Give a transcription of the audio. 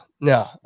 no